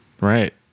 Right